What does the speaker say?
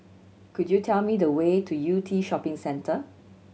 could you tell me the way to Yew Tee Shopping Centre